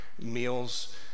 meals